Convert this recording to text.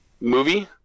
movie